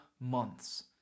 months